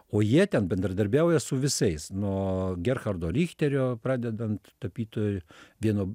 o jie ten bendradarbiauja su visais nuo gerchardo richterio pradedant tapytojo vieno